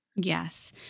Yes